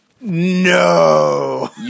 No